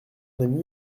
ami